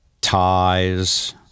ties